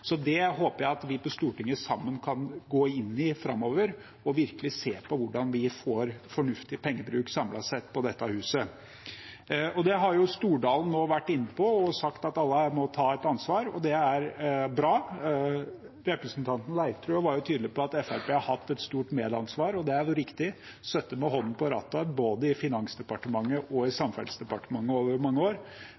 Det håper jeg at vi på Stortinget sammen kan gå inn i framover og virkelig se på hvordan vi får fornuftig pengebruk samlet sett på dette huset. Det har jo Stordalen nå vært inne på og sagt, at alle her må ta et ansvar. Det er bra. Representanten Leirtrø var tydelig på at Fremskrittspartiet har hatt et stort medansvar. Det er riktig, de har sittet med hånden på rattet både i Finansdepartementet og i